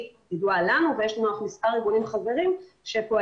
אנחנו כל